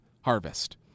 harvest